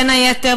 בין היתר,